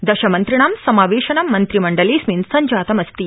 दशमन्त्रिणां समावेशनं मन्त्रिमण्डलेऽस्मिन् सञ्जातमस्ति